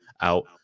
out